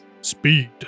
Speed